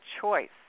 choice